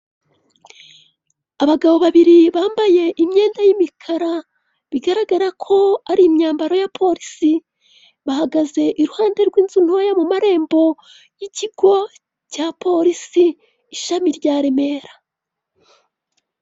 Abagabo babiri bambaye imyenda y'imikara bigaragara ko ari imyambaro ya polisi, bahagaze iruhande rw'inzu ntoya mu marembo y'ikigo cya polisi ishami rya Remera.